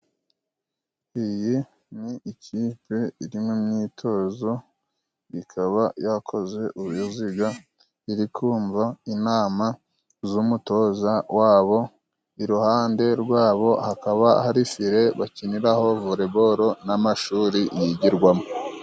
Iyi ni ikipe iri mu myitozo ikaba yakoze uruziga. Iri kumva inama z'umutoza wabo. Iruhande rwabo hakaba hari fire bakiniraho voreboro n'amashuri yigirwamo.